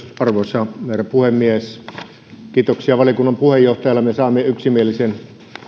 arvoisa herra puhemies kiitoksia valiokunnan puheenjohtajalle me saimme yksimielisen